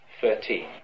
thirteen